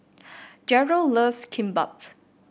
Jeryl loves Kimbap